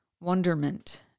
wonderment